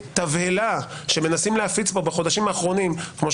התבהלה שמנסים להפיץ פה בחודשים האחרונים על כך